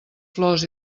flors